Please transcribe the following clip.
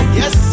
yes